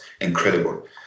incredible